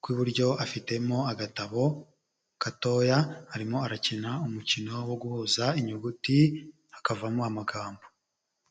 kw'iburyo afitemo agatabo gatoya, arimo arakina umukino wo guhuza inyuguti hakavamo amagambo.